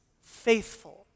faithful